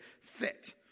fit